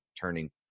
turning